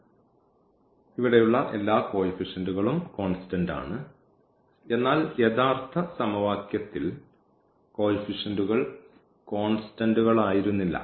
അതിനാൽ ഇവിടെയുള്ള എല്ലാ കോയിഫിഷ്യൻറുകളും കോൺസ്റ്റന്റ് ആണ് എന്നാൽ യഥാർത്ഥ സമവാക്യത്തിൽ കോയിഫിഷ്യൻറുകൾ കോൺസ്റ്റന്റ്മായിരുന്നില്ല